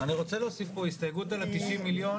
יש פער בין מחלקה פנימית שהיא דינמית,